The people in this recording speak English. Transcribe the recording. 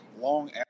long